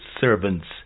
servants